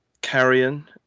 Carrion